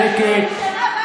שקט.